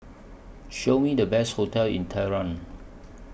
Show Me The Best hotels in Tehran